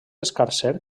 escarser